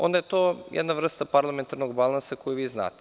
Onda je to jedna vrsta parlamentarnog balansa koji vi znate.